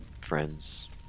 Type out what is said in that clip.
Friends